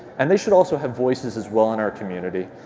and they should also have voices as well on our community,